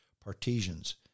Partisans